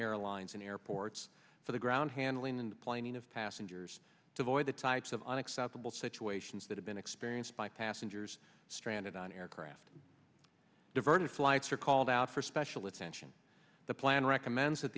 airlines in airports for the ground handling and planning of passengers to avoid the types of unacceptable situations that have been experienced by passengers stranded on aircraft diverted flights are called out for special attention the plan recommends